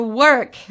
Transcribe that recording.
work